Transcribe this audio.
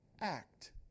act